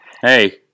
Hey